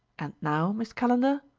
and now, miss calendar?